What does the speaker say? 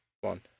one